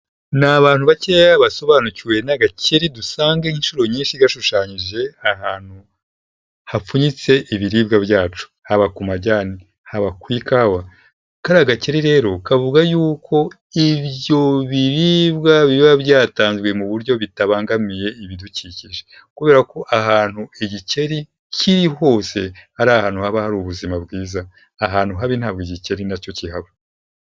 Ni abantu bakeya basobanukiwe n'agakeri dusanga inshuro nyinshi gashushanyije ahantu hapfunyitse ibiribwa byacu haba ku majyane haba ku ikawa kariya gakeri rero kavuga yuko ibyo biribwa biba byatanzwe mu buryo bitabangamiye ibidukikije kubera ko ahantu igikeri kihuse hari ahantu haba hari ubuzima bwiza ahantu habi ntabwo igikeri nacyo kihaba.